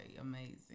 amazing